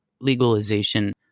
legalization